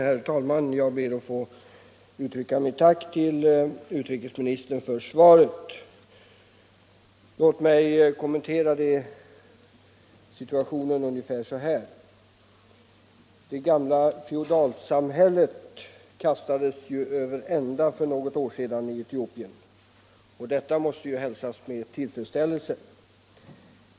Herr talman! Jag ber att få uttrycka mitt tack till utrikesministern för svaret. Låt mig kommentera situationen ungefär så här: Det gamla feodalsamhället i Etiopien kastades över ända för något år sedan. Detta måste hälsas med tillfredsställelse.